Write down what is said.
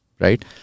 Right